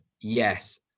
yes